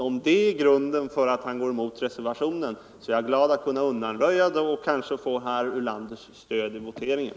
Och om det är grunden till att han går emot reservationen, så är jag glad över att ha kunnat undanröja det. Då kanske vi också kan få herr Ulanders stöd i voteringen.